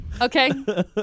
Okay